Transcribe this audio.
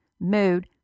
mood